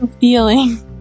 feeling